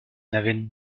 n’avez